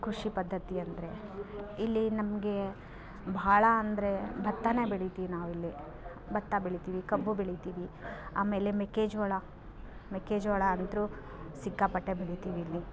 ಕೃಷಿ ಪದ್ಧತಿ ಅಂದರೆ ಇಲ್ಲಿ ನಮಗೆ ಭಾಳ ಅಂದರೆ ಭತ್ತವನ್ನೇ ಬೆಳಿತೀವಿ ನಾವಿಲ್ಲಿ ಭತ್ತ ಬೆಳಿತೀವಿ ಕಬ್ಬು ಬೆಳಿತೀವಿ ಆಮೇಲೆ ಮೆಕ್ಕೆ ಜೋಳ ಮೆಕ್ಕೆ ಜೋಳ ಅಂದರೂ ಸಿಕ್ಕಾಪಟ್ಟೆ ಬೆಳೆತೀವಿ ಇಲ್ಲಿ